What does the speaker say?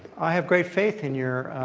i have great faith in your